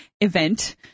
event